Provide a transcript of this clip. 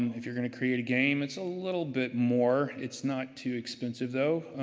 if you're going to create a game, it's a little bit more. it's not too expensive, though,